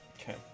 Okay